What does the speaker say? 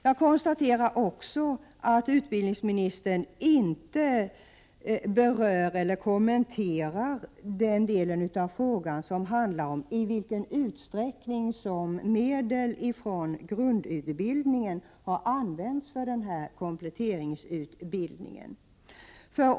Jag konstaterar också att utbildningsministern inte berör eller kommenterar den del av frågan som handlar om i vilken utsträckning medel från grundutbildningen har använts för denna kompletteringsutbildning.